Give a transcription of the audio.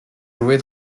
jouée